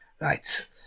Right